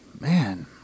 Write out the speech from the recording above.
man